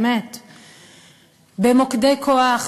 במוקדי כוח,